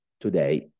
today